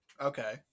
Okay